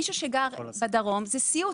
עבור מי שגר בדרום זהו סיוט.